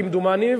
כמדומני,